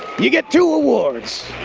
you get two awards.